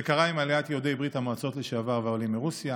זה קרה עם עליית יהודי ברית המועצות לשעבר והעולים מרוסיה,